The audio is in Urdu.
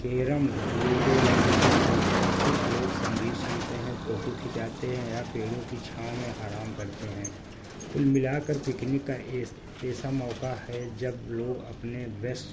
کیرم لوڈو یا کرکٹ کھیلتے ہیں کچھ لوگ سنگیت سنتے ہیں فوٹو کھنچاتے ہیں یا پیڑوں کی چھاؤں میں آرام کرتے ہیں کل ملا کر پکنک کا ایسا موقع ہے جب لوگ اپنے بیسٹ